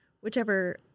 whichever